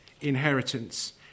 inheritance